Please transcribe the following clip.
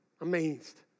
Amazed